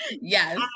Yes